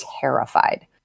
terrified